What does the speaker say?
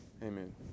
Amen